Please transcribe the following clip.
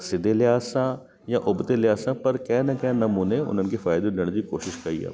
सीधे लिहाज़ सां या उबिते लिहा सां पर कंहिं न कंहिं नमूने उनखे फ़ाइदे ॾियण जी कोशिशि कई आहे